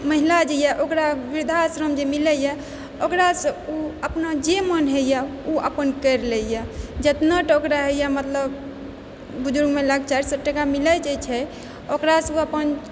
महिला जे यऽ ओकरा वृद्धाश्रम जे मिलैये ओकरासँ ओ अपना जे मोन होइए ओ अपन करि लेइए जितना टाका रहैए मतलब बुजुर्ग महिलाके चारि सए टाका मिलै जाइ छै ओकरासँ ओ अपन